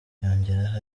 yongeraho